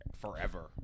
forever